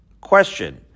question